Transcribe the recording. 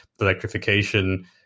electrification